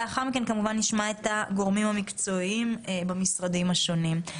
לבסוף נשמע את הגורמים המקצועיים במשרדים השונים.